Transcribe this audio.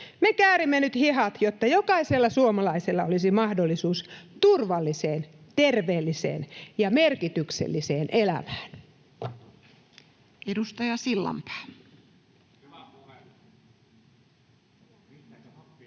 Me käärimme nyt hihat, jotta jokaisella suomalaisella olisi mahdollisuus turvalliseen, terveelliseen ja merkitykselliseen elämään. [Speech